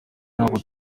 ntabwo